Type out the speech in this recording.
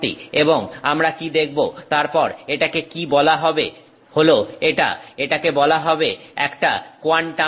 এবং আমরা কি দেখব তারপর এটাকে কী বলা হবে হল এটা এটাকে বলা হবে একটা কোয়ান্টাম ডট